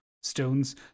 stones